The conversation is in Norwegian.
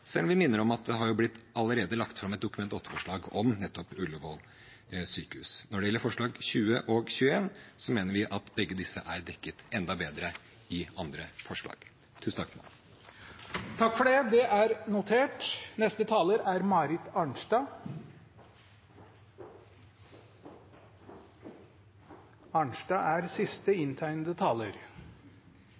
selv om vi minner om at det allerede har blitt lagt fram et Dokument 8-forslag om nettopp Ullevål sykehus. Når det gjelder forslagene nr. 20 og 21, mener vi at begge disse er dekket enda bedre i andre forslag. Jeg tegnet meg for